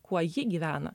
kuo ji gyvena